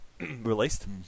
released